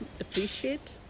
appreciate